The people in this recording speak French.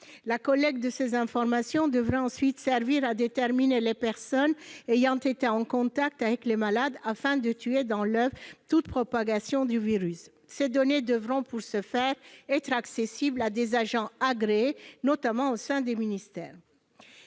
La collecte de ces informations devrait ensuite servir à déterminer les personnes ayant été en contact avec les malades, afin de tuer dans l'oeuf toute propagation du virus. Pour ce faire, ces données devront être accessibles à des agents agréés, notamment au sein des ministères.